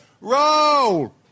roll